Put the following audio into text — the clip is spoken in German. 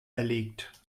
erlegt